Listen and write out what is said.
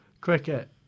Cricket